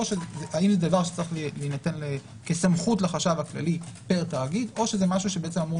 או האם זה דבר שצריך להינתן כסמכות לחשב הכללי פר תאגיד או זה משהו שאמור